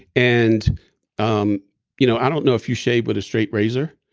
and um you know i don't know if you shave with a straight razor,